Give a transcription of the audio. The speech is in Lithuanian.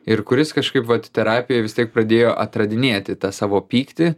ir kuris kažkaip vat terapijoj vis tiek pradėjo atradinėti tą savo pyktį